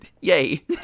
Yay